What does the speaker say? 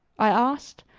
i asked,